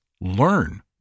learn